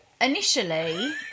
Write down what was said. initially